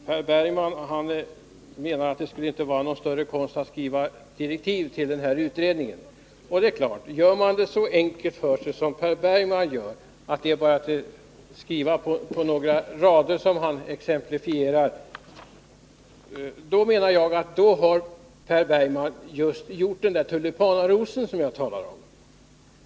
Per Bergman menar att det inte skulle vara någon större konst att skriva direktiv till den av socialdemokraterna föreslagna utredningen. Och det är klart, att om man gör det så enkelt för sig som Per Bergman gör — säger att det bara är att skriva några rader, såsom han ger exempel på — då har man gjort just den där tulipanarosen som jag talar om.